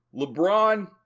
LeBron